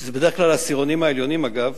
שזה בדרך כלל העשירונים העליונים, אגב,